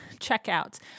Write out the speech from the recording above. checkout